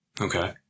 Okay